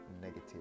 negative